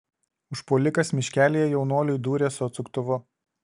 užpuolikas miškelyje jaunuoliui dūrė su atsuktuvu